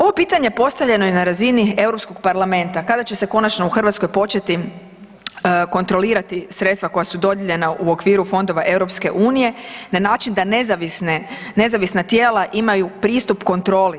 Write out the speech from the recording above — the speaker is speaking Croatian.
Ovo pitanje postavljeno je na razini Europskog parlamenta, kada će se konačno u Hrvatskoj početi kontrolirati sredstva koja su dodijeljena u okviru fondova EU na način da nezavisne, nezavisna tijela imaju pristup kontroli.